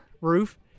roof